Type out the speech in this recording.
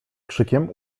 krzykiem